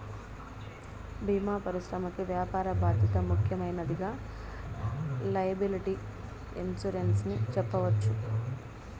భీమా పరిశ్రమకి వ్యాపార బాధ్యత ముఖ్యమైనదిగా లైయబిలిటీ ఇన్సురెన్స్ ని చెప్పవచ్చు